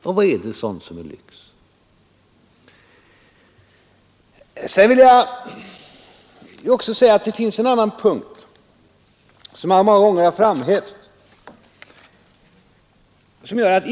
Ja, vad är det av sådant som är lyx? Det finns en annan punkt som jag många gånger har framhävt.